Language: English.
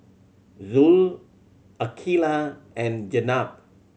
Zul Aqilah and Jenab